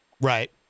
Right